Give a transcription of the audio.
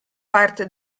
parte